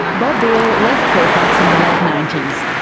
bob beale left fairfax in the late nineties.